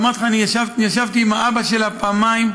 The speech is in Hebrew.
ואמרתי לך, אני ישבתי עם האבא שלה פעמיים.